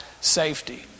safety